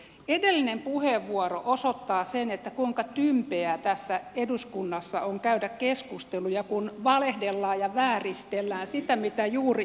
edellinen puheenvuoro osoittaa sen kuinka tympeää tässä eduskunnassa on käydä keskusteluja kun valehdellaan ja vääristellään sitä mitä juuri on sanottu